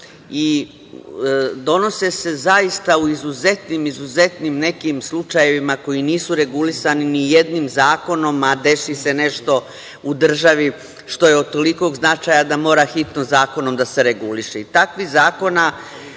i donose se zaista u izuzetnim nekim slučajevima koji nisu regulisani nijednim zakonom, a desi se nešto u državi što je od tolikog značaja da mora hitno zakonom da se reguliše.